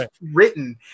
written